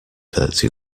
thirty